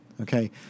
okay